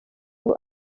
ubu